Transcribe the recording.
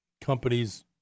companies